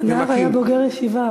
הנער היה בוגר ישיבה,